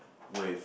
with